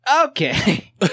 Okay